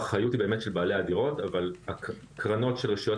האחריות היא באמת של בעלי הדירות אבל הקרנות של רשויות